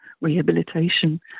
rehabilitation